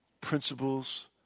principles